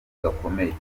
gakomeye